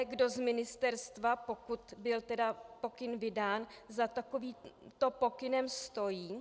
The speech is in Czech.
Kdo z ministerstva, pokud byl pokyn vydán, za takovýmto pokynem stojí?